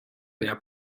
leer